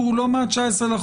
שהסיפור הוא לא מה-19 לחודש,